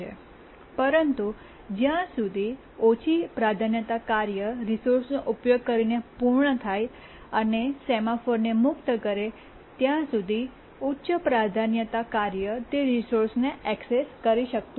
પરંતુ જ્યાં સુધી ઓછી પ્રાધાન્યતા કાર્ય રિસોર્સ નો ઉપયોગ કરીને પૂર્ણ થાય અને સેમોફોરને મુક્ત કરે ત્યાં સુધી ઉચ્ચ પ્રાધાન્યતા કાર્ય તે રિસોર્સને એક્સેસ કરી શકતું નથી